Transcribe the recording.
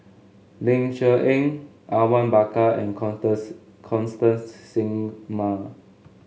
Ling Cher Eng Awang Bakar and Constance Singam